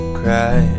cry